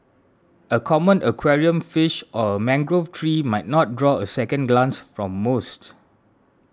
a common aquarium fish or a mangrove tree might not draw a second glance from most